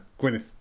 Gwyneth